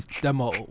Demo